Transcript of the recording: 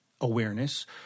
awareness